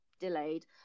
delayed